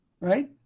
Right